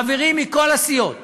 חברים באמת מכל הסיעות